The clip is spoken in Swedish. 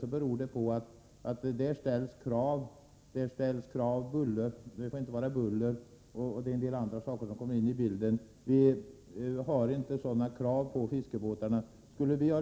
Det beror på att forskarna ställer krav på att där inte får vara buller, och en del andra saker kommer också in i bilden. Vi har inte sådana krav på fiskebåtarna, för skulle vi ha